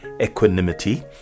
equanimity